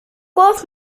گفت